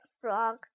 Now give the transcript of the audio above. Frog